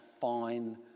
fine